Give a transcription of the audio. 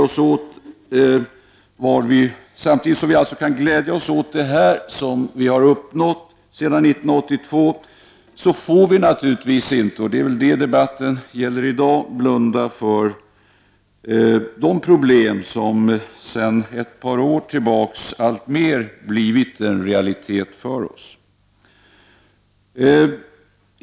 Samtidigt som vi kan glädja oss åt detta vi uppnått sedan 1982 får vi naturligtvis inte — och det är vad debatten gäller i dag — blunda för de problem som sedan ett par år alltmer blivit en realitet för oss.